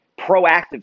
proactive